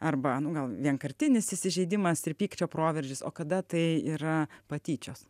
arba nu gal vienkartinis įsižeidimas ir pykčio proveržis o kada tai yra patyčios